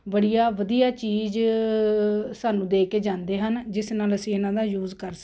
ਬੜੀਆ ਵਧੀਆ ਚੀਜ਼ ਸਾਨੂੰ ਦੇ ਕੇ ਜਾਂਦੇ ਹਨ ਜਿਸ ਨਾਲ ਅਸੀਂ ਇਹਨਾਂ ਦਾ ਯੂਜ ਕਰ